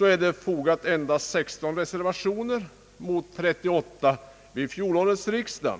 är fogat endast 16 reservationer mot 38 vid fjolårets riksdag.